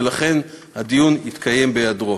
ולכן הדיון התקיים בהיעדרו.